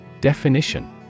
Definition